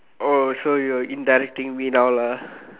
oh so you are indirecting me now lah